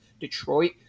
Detroit